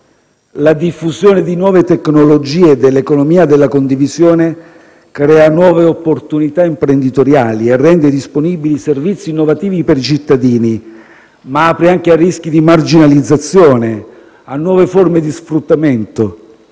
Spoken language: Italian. La diffusione di nuove tecnologie e dell'economia della condivisione crea nuove opportunità imprenditoriali e rende disponibili servizi innovativi per i cittadini, ma apre anche a rischi di marginalizzazione, a nuove forme di sfruttamento.